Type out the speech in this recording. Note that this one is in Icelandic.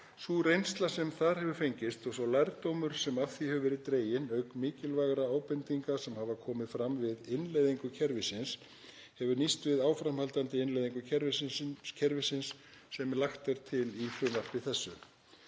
Sú reynsla sem þar hefur fengist og sá lærdómur sem af því hefur verið dreginn, auk mikilvægra ábendinga sem hafa komið fram við innleiðingu kerfisins, hefur nýst við áframhaldandi innleiðingu kerfisins sem lagt er til í frumvarpi þessu.